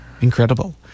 incredible